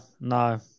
no